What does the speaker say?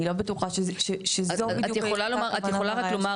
אני לא בטוחה שזו בדיוק --- את יכולה רק לומר